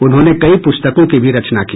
उन्होंने कई पुस्तकों की भी रचना की